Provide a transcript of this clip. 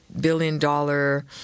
billion-dollar